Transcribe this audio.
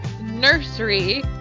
nursery